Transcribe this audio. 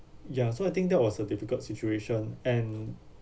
ya so I think that was a difficult situation and